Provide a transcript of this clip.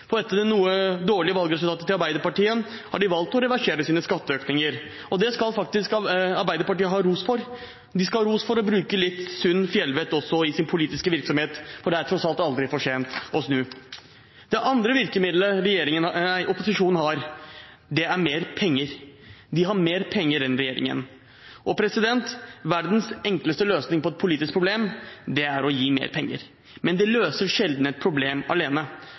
For etter det noe dårlige valgresultatet til Arbeiderpartiet har de valgt å reversere sine skatteøkninger, og det skal faktisk Arbeiderpartiet ha ros for. De skal ha ros for å bruke litt sunt fjellvett også i sin politiske virksomhet, for det er tross alt aldri for sent å snu. Det andre virkemidlet opposisjonen har, er mer penger. Den har mer penger enn regjeringen. Verdens enkleste løsning på et politisk problem er å gi mer penger. Men det løser sjelden et problem alene.